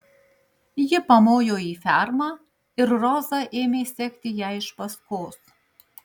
ji pamojo į fermą ir roza ėmė sekti jai iš paskos